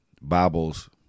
Bibles